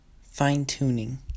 fine-tuning